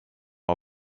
oma